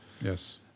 yes